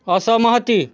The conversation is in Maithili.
असहमति